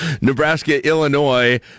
Nebraska-Illinois